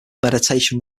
meditation